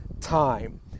time